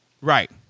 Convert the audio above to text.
Right